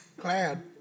glad